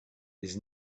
his